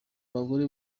abagore